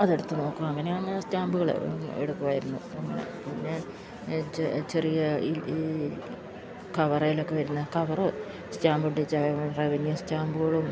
അതെടുത്ത് നോക്കും അങ്ങനെ അങ്ങനെ സ്റ്റാമ്പുകൾ എടുക്കുമായിരുന്നു പിന്നെ ചെറിയ ഈ കവറിലൊക്കെ വരുന്ന കവറോ സ്റ്റാമ്പ് ഒട്ടിച്ച റെവന്യൂ സ്റ്റാമ്പുകളും